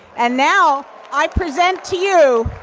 and now, i present to you